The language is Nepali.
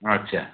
अच्छा